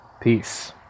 Peace